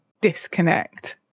disconnect